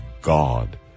God